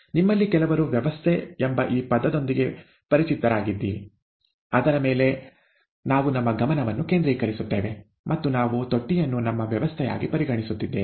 ನಿಮ್ಮಲ್ಲಿ ಕೆಲವರು ವ್ಯವಸ್ಥೆ ಎಂಬ ಈ ಪದದೊಂದಿಗೆ ಪರಿಚಿತರಾಗಿದ್ದೀರಿ ಅದರ ಮೇಲೆ ನಾವು ನಮ್ಮ ಗಮನವನ್ನು ಕೇಂದ್ರೀಕರಿಸುತ್ತೇವೆ ಮತ್ತು ನಾವು ತೊಟ್ಟಿಯನ್ನು ನಮ್ಮ ವ್ಯವಸ್ಥೆಯಾಗಿ ಪರಿಗಣಿಸುತ್ತಿದ್ದೇವೆ